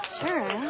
Sure